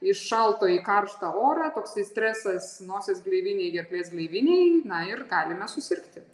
iš šalto į karštą orą toksai stresas nosies gleivinei gerklės gleivinei na ir galime susirgti